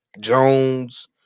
Jones